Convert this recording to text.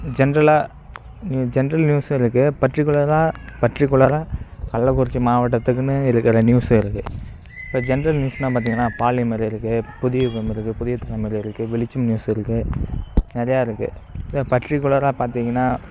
ஜென்ட்ரலாக general நியூஸும் இருக்கு பர்ட்டிகுலராக பர்ட்டிகுலராக கள்ளக்குறிச்சி மாவட்டத்துக்குனு இருக்கிற நியூஸு இருக்கு இப்போ ஜென்ட்ரல் நியூஸ்னா பார்த்திங்கனா பாலிமர் இருக்கு புதியபூமி இருக்கு புதிய தலைமுறை இருக்கு வெளிச்சம் நியூஸ் இருக்கு நிறையா இருக்கு பர்ட்டிகுலராக பார்த்திங்கனா